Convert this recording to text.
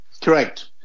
Correct